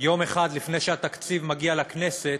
יום אחד לפני שהתקציב מגיע לכנסת,